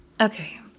Okay